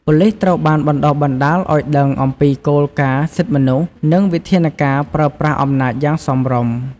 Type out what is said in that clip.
ប៉ូលីសត្រូវបានបណ្ដុះបណ្ដាលឱ្យដឹងអំពីគោលការណ៍សិទ្ធិមនុស្ស និងវិធានការប្រើប្រាស់អំណាចយ៉ាងសមរម្យ។